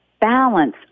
balance